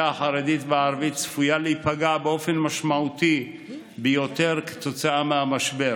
החרדית והערבית צפויות להיפגע באופן משמעותי ביותר כתוצאה מהמשבר,